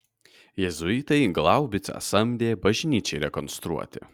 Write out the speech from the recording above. jėzuitai glaubicą samdė bažnyčiai rekonstruoti